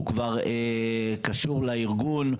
הוא כבר קשור לארגון,